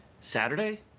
Saturday